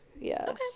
Yes